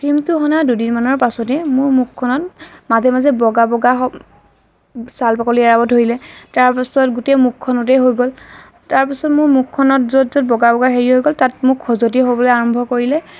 ক্ৰীমটো সনাৰ দুদিনমানৰ পাছতেই মোৰ মুখখনত মাজে মাজে বগা বগা ছাল বাকলি এৰাব ধৰিলে তাৰ পাছত গোটেই মুখখনতেই হৈ গ'ল তাৰপিছত মোৰ মুখখনত য'ত বগা বগা হেৰি হৈ গ'ল তাত মোৰ খজুৱতি হ'বলৈ আৰম্ভ কৰিলে